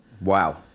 Wow